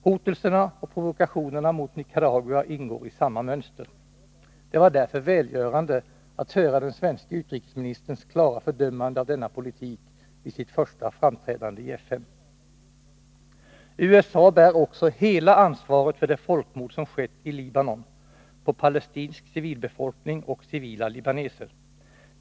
Hotelserna och provokationerna mot Nicaragua ingår i samma mönster. Det var därför välgörande att höra den svenske utrikesministerns klara fördömande av denna politik vid sitt första framträdande i FN. USA bär också hela ansvaret för det folkmord som skett i Libanon, på palestinsk civilbefolkning och civila libaneser.